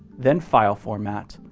then file format,